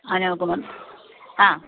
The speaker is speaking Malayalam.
ആ ഞാന് ആ